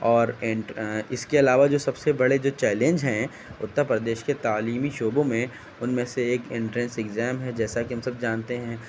اور اس کے علاوہ جو سب سے بڑے جو چیلنج ہیں اترپردیش کے تعلیمی شعبوں میں ان میں سے ایک انٹرنس ایگزام ہے جیسا کہ ہم سب جانتے ہیں